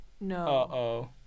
no